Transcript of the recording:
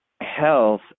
health